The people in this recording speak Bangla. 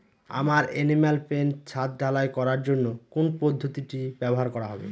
আমার এনিম্যাল পেন ছাদ ঢালাই করার জন্য কোন পদ্ধতিটি ব্যবহার করা হবে?